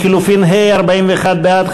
לחלופין (ה): 41 בעד,